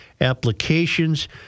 applications